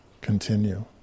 continue